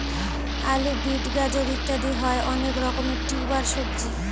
আলু, বিট, গাজর ইত্যাদি হয় অনেক রকমের টিউবার সবজি